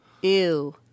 Ew